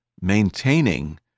maintaining